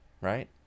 right